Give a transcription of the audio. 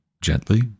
gently